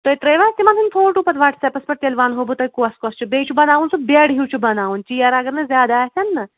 تُہۍ ترٛٲیوا تِمَن ہٕنٛدۍ فوٹوٗ پتہٕ وَٹسیپَس پٮ۪ٹھ تیٚلہِ وَنو بہٕ تۄہہِ کۄس کۄس چھِ بیٚیہِ چھِ بناوُن سُہ بٮ۪ڈ ہیوٗ چھُ بناوُن چِیَر اگر نہٕ زیادٕ آسَن نہ